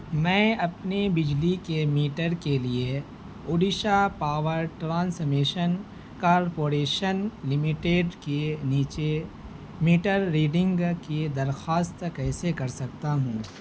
میں اپنے بجلی کے میٹر کے لیے Odisha power transmission corporation limited کیے نیچے میٹر ریڈنگ کی درخواست کیسے کر سکتا ہوں